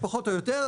פחות או יותר.